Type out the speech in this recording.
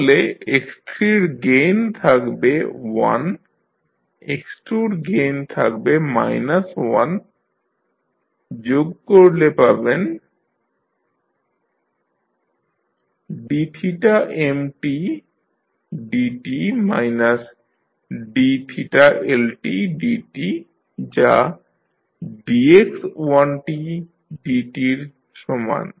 তাহলে x3 র gain থাকবে 1 x2 গেইন থাকবে মাইনাস 1 যোগ করলে পাবেন dmdt dLtdt যা dx1dt এর সঙ্গে সমান